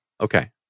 okay